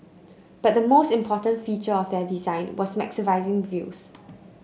but the most important feature of their design was maximising views